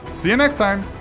see you next time!